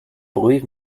believe